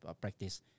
practice